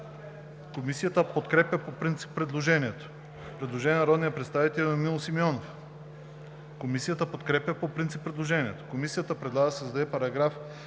Комисията подкрепя по принцип предложението. Предложение на народния представител Емил Симеонов. Комисията подкрепя по принцип предложението. Комисията предлага да се